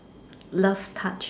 love touch